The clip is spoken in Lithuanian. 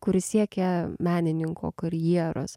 kuris siekia menininko karjeros